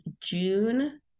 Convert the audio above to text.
June